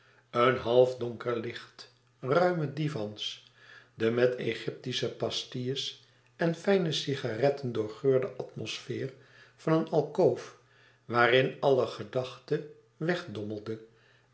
een half donker licht ruime divans de met egyptische pastilles en fijne cigaretten doorgeurde atmosfeer van een alkoof waarin alle gedachte